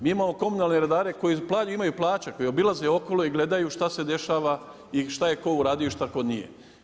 Mi imamo komunalne redare koji imaju plaće, koji obilaze okolo i gledaju šta se dešava i šta je tko uradio i šta tko nije.